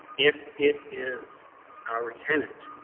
if it is our tenant.